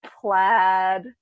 plaid